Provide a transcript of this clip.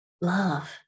love